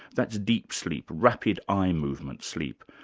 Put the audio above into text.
that's deep sleep, rapid eye movement sleep,